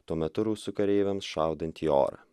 tuo metu rusų kareiviams šaudant į orą